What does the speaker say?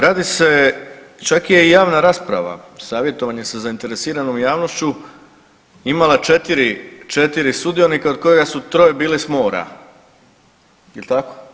Radi se, čak je i javna rasprava Savjetovanje sa zainteresiranom javnošću imala četiri, četiri sudionika od koga su troje bili s mora, jel tako?